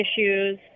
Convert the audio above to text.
issues